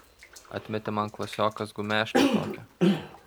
atmetė man klasiokas gumeškę tokią